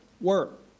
work